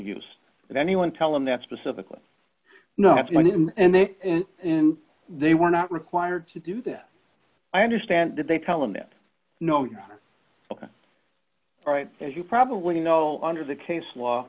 use that anyone tell him that specifically no one in and they and they were not required to do this i understand that they tell them that no you're right as you probably know under the case law